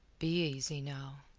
be easy, now.